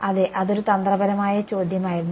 അതെ അതൊരു തന്ത്രപരമായ ചോദ്യമായിരുന്നു